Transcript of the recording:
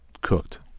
cooked